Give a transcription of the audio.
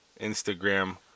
Instagram